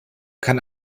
kann